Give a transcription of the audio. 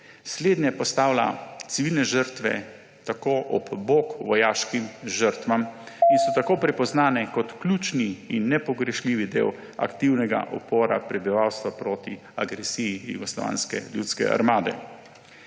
slednje postavlja civilne žrtve tako ob bok vojaškim žrtvam in so tako prepoznane kot ključni in nepogrešljivi del aktivnega upora prebivalstva proti agresiji Jugoslovanske ljudske armade.